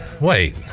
wait